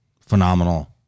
phenomenal